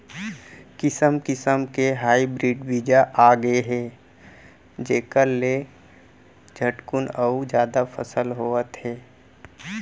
किसम किसम के हाइब्रिड बीजा आगे हे जेखर ले झटकुन अउ जादा फसल होवत हे